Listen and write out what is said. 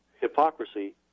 hypocrisy